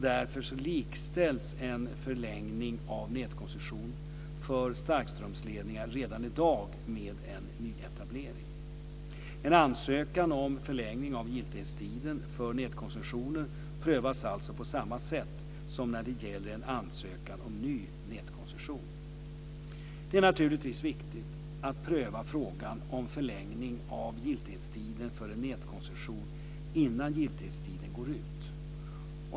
Därför likställs en förlängning av nätkoncession för starkströmsledningar redan i dag med en nyetablering. En ansökan om förlängning av giltighetstiden för nätkoncessioner prövas alltså på samma sätt som när det gäller en ansökan om ny nätkoncession. Det är naturligtvis viktigt att pröva frågan om förlängning av giltighetstiden för en nätkoncession innan giltighetstiden går ut.